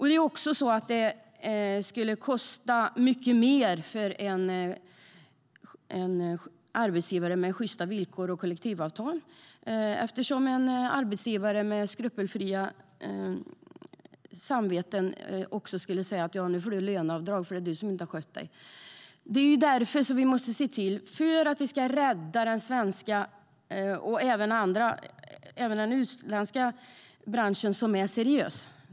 Det skulle också kosta mycket mer för arbetsgivare med sjysta villkor och kollektivavtal eftersom en skrupelfri arbetsgivare utan samvete skulle säga till chauffören: Nu får du löneavdrag eftersom det är du som inte har skött dig. För att rädda den svenska och även den seriösa delen av den utländska branschen måste vi komma åt dem som inte är seriösa.